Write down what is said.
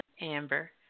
Amber